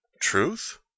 Truth